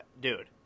dude